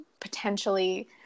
potentially